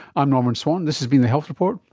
i'm norman swan, this has been the health report,